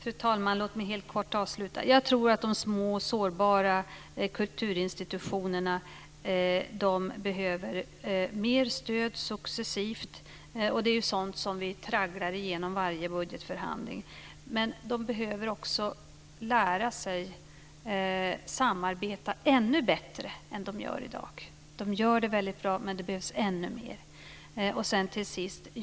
Fru talman! Låt mig avsluta helt kort. De små, sårbara kulturinstitutionerna behöver mer stöd successivt. Det är sådant vi tragglar varje budgetförhandling. Men de behöver också lära sig samarbeta ännu bättre än i dag. De samarbetar bra, men det behövs ännu mer.